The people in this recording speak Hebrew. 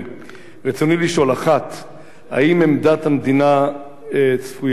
רצוני לשאול: 1. האם עמדת המדינה צפויה להשתנות?